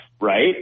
right